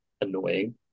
Annoying